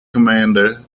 commander